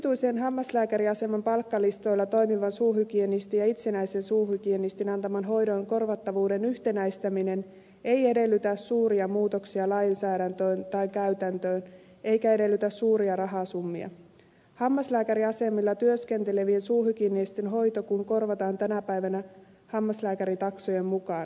yksityisen hammaslääkäriaseman palkkalistoilla toimivan suuhygienistin ja itsenäisen suuhygienistin antaman hoidon korvattavuuden yhtenäistäminen ei edellytä suuria muutoksia lainsäädäntöön tai käytäntöön eikä edellytä suuria rahasummia hammaslääkäriasemilla työskentelevien suuhygienistien hoito kun korvataan tänä päivänä hammaslääkäritaksojen mukaan